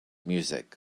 music